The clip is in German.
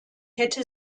hätte